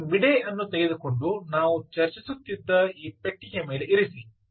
ಆದ್ದರಿಂದ ಈ ಮಿಡೇ ಅನ್ನು ತೆಗೆದುಕೊಂಡು ನಾವು ಚರ್ಚಿಸುತ್ತಿದ್ದ ಈ ಪೆಟ್ಟಿಗೆಯ ಮೇಲೆ ಇರಿಸಿ